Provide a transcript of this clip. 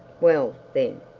well, then,